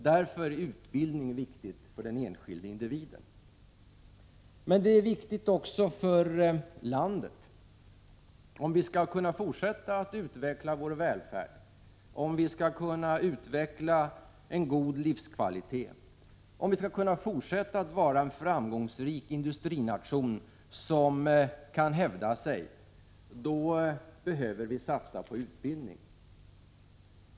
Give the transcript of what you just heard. Men det är viktigt med utbildning också för landet. Om vi skall kunna fortsätta att utveckla vår välfärd, om vi skall kunna utveckla en god livskvalitet, om vi skall kunna fortsätta att vara en framgångsrik industrination som kan hävda sig, då behöver vi satsa på utbildning.